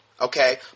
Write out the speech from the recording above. Okay